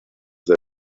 was